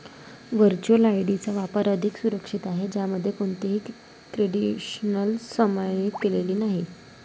virtual ID चा वापर अधिक सुरक्षित आहे, ज्यामध्ये कोणतीही क्रेडेन्शियल्स सामायिक केलेली नाहीत